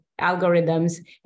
algorithms